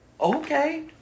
Okay